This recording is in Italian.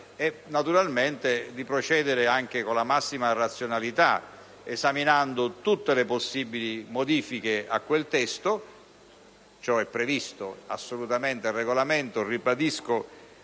e naturalmente anche con la massima razionalità, esaminando tutte le possibili modifiche a quel testo: ciò è previsto assolutamente dal Regolamento. Ribadisco